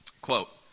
Quote